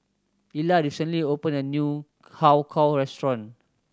Ila recently opened a new Har Kow restaurant